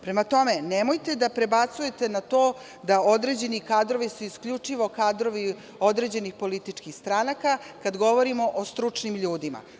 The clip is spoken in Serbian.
Prema tome, nemojte da prebacujete na to da određeni kadrovi su isključivo kadrovi određenih političkih stranaka, kada govorimo o stručnim ljudima.